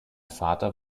vater